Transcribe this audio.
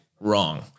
Wrong